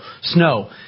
snow